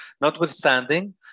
Notwithstanding